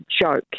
joke